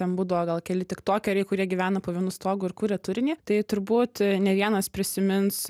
ten būdavo gal keli tiktokeriai kurie gyvena po vienu stogu ir kuria turinį tai turbūt ne vienas prisimins